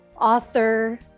author